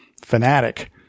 fanatic